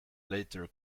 later